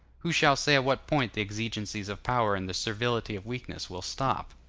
who shall say at what point the exigencies of power and the servility of weakness will stop?